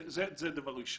זה דבר ראשון.